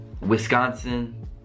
Wisconsin